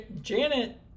Janet